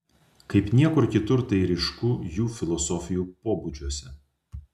kaip niekur kitur tai ryšku jų filosofijų pobūdžiuose